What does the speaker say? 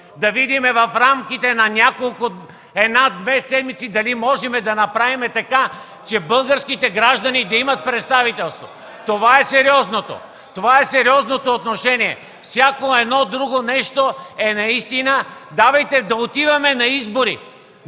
да видим в рамките на една-две седмици дали можем да направим така, че българските граждани да имат представителство? (Шум и реплики от ГЕРБ.) Това е сериозното! Това е сериозното отношение. Всяко едно друго нещо наистина е: „Давайте да отиваме на избори!”